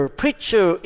preacher